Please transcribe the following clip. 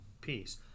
peace